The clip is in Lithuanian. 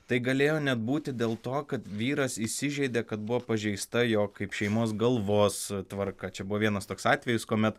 tai galėjo net būti dėl to kad vyras įsižeidė kad buvo pažeista jo kaip šeimos galvos tvarka čia buvo vienas toks atvejis kuomet